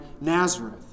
Nazareth